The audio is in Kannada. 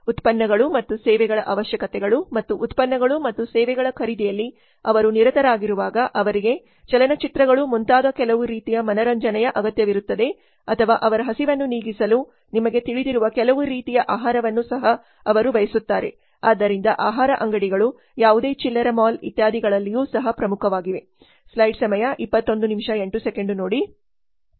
ಉತ್ಪನ್ನಗಳು ಮತ್ತು ಸೇವೆಗಳ ಅವಶ್ಯಕತೆಗಳು ಮತ್ತು ಉತ್ಪನ್ನಗಳು ಮತ್ತು ಸೇವೆಗಳ ಖರೀದಿಯಲ್ಲಿ ಅವರು ನಿರತರಾಗಿರುವಾಗ ಅವರಿಗೆ ಚಲನಚಿತ್ರಗಳು ಮುಂತಾದ ಕೆಲವು ರೀತಿಯ ಮನರಂಜನೆಯ ಅಗತ್ಯವಿರುತ್ತದೆ ಅಥವಾ ಅವರ ಹಸಿವನ್ನು ನೀಗಿಸಲು ನಿಮಗೆ ತಿಳಿದಿರುವ ಕೆಲವು ರೀತಿಯ ಆಹಾರವನ್ನು ಸಹ ಅವರು ಬಯಸುತ್ತಾರೆ ಆದ್ದರಿಂದ ಆಹಾರ ಅಂಗಡಿಗಳು ಯಾವುದೇ ಚಿಲ್ಲರೆ ಮಾಲ್ ಇತ್ಯಾದಿಗಳಲ್ಲಿಯೂ ಸಹ ಪ್ರಮುಖವಾಗಿವೆ